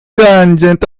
tangent